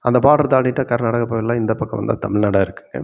அந்த பார்டர் தாண்டிவிட்டா கர்நாடகா போய்விடலாம் இந்த பக்கம் வந்தால் தமிழ்நாடா இருக்குங்க